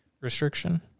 Restriction